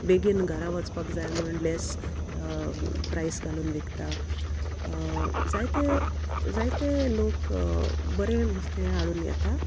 बेगीन घरा वचपाक जाय म्हण लेस प्रायस घालून विकता जायते जायते लोक बरे नुस्तें हाडून घेता